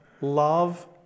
love